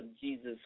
Jesus